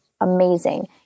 amazing